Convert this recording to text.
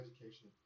education